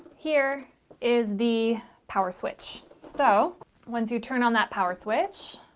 here is the power switch so once you turn on that power switch